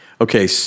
Okay